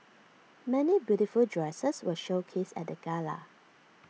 many beautiful dresses were showcased at the gala